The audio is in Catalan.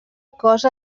cosa